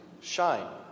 shine